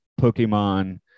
Pokemon